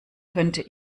könnte